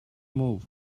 move